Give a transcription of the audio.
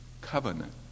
Covenant